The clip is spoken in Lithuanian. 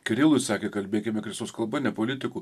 kirilui sakė kalbėkime kristus kalba ne politikų